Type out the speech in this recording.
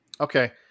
okay